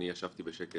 ישבתי בשקט,